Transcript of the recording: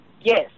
Yes